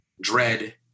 dread